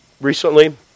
recently